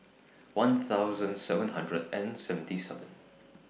one thousand seven hundred and seventy seven